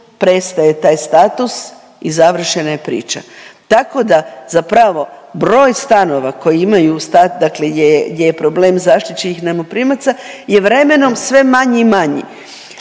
prestaje taj status i završena je priča. Tako da zapravo broj stanova koji imaju sta…, dakle gdje je gdje je problem zaštićenih najmoprimac je vremenom sve manji i manji.